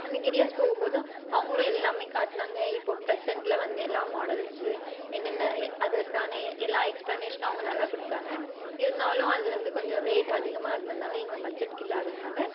அந்த கிரியாஸ் போகும்போதும் அவங்களும் எல்லாமே காட்டினாங்க இப்போ பிரசன்ட்டில் வந்த எல்லா மாடல்ஸ்ஸு என்னென்ன அதுக்கான எல்லா எக்ஸ்ப்ளனேஷனும் அவங்க நல்லா கொடுத்தாங்க இருந்தாலும் அது வந்து கொஞ்சம் ரேட் அதிகமாக இருந்தனால் எங்கள் பட்ஜட்டுக்கு இல்லாததுனால்